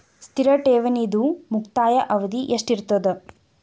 ಸ್ಥಿರ ಠೇವಣಿದು ಮುಕ್ತಾಯ ಅವಧಿ ಎಷ್ಟಿರತದ?